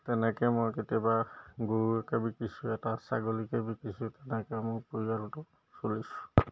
তেনেকৈ মই কেতিয়াবা গৰুকে বিকিছোঁ এটা ছাগলীকে বিকিছোঁ তেনেকৈ মোৰ পৰিয়ালটো চলিছোঁ